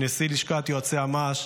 נשיא לשכת יועצי המס,